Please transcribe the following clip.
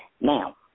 Now